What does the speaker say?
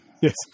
Yes